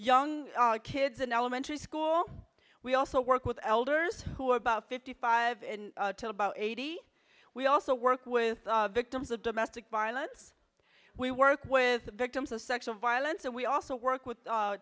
young kids in elementary school we also work with elders who are about fifty five and about eighty we also work with victims of domestic violence we work with the victims of sexual violence and we also work with